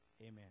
Amen